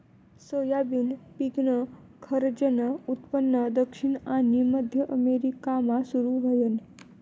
soybean पिकनं खरंजनं उत्पन्न दक्षिण आनी मध्य अमेरिकामा सुरू व्हयनं